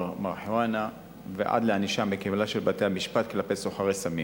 המריחואנה ועד לענישה המקלה של בתי-המשפט כלפי סוחרי סמים.